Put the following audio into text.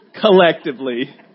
collectively